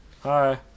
Hi